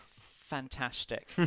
Fantastic